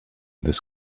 this